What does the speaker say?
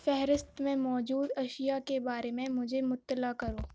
فہرست میں موجود اشیا کے بارے میں مجھے مطلع کرو